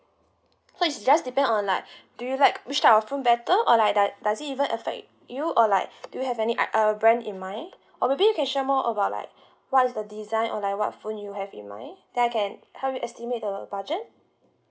so it's just depends on like do you like which type of phone better or like does does it even affect you or like do you have any art uh brand in mind or maybe you can share more about like what is the design on like what phone you have in mind that I can help you estimate the budget